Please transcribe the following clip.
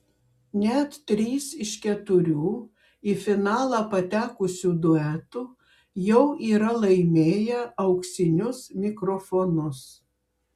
net trys iš keturių į finalą patekusių duetų jau yra laimėję auksinius mikrofonus